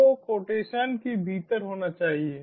तो कोटेशन के भीतर होना चाहिए